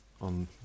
on